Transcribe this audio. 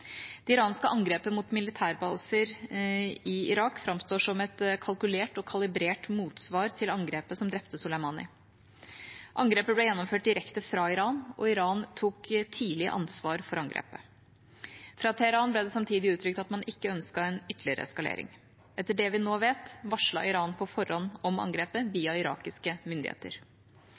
Det iranske angrepet mot militærbaser i Irak framstår som et kalkulert og kalibrert motsvar til angrepet som drepte Soleimani. Angrepet ble gjennomført direkte fra Iran, og Iran tok tidlig ansvar for angrepet. Fra Teheran ble det samtidig uttrykt at man ikke ønsket en ytterligere eskalering. Etter det vi nå vet, varslet Iran på forhånd om angrepet, via irakiske myndigheter.